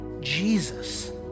Jesus